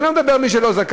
אני לא מדבר על מי שלא זכאי,